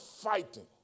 fighting